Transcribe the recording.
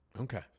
Okay